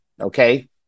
okay